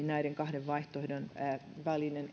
näiden kahden vaihtoehdon välillä